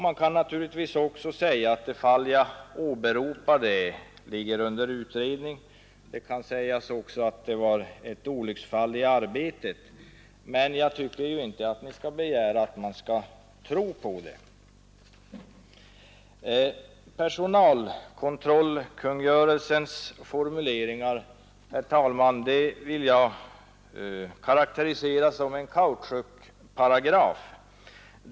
Man kan naturligtvis också säga att det fall jag åberopade ligger under utredning, och man kan säga att det var ett olycksfall i arbetet, men jag tycker inte ni skall begära att man skall tro på det. Personalkontrollkungörelsens formulering, herr talman, vill jag karakterisera som en kautschukparagraf.